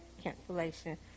cancellation